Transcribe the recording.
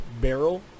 barrel